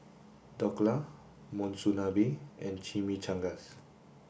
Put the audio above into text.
Dhokla Monsunabe and Chimichangas